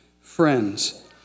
friends